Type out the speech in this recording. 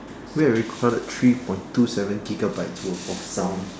where are we converted three point two seven gigabytes worth of sound